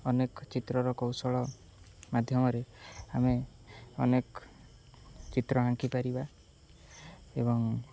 ଅନେକ ଚିତ୍ରର କୌଶଳ ମାଧ୍ୟମରେ ଆମେ ଅନେକ ଚିତ୍ର ଆଙ୍କିପାରିବା ଏବଂ